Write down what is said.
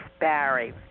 Barry